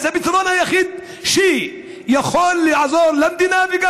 אז הפתרון היחיד שיכול לעזור למדינה וגם